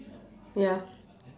ya